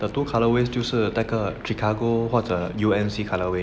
two colour way 就是那个 chicago 或者 U_M_C colourway err